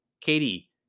Katie